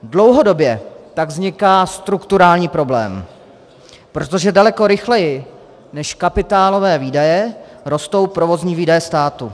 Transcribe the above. Dlouhodobě tak vzniká strukturální problém, protože daleko rychleji než kapitálové výdaje rostou provozní výdaje státu.